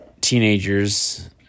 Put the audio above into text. teenagers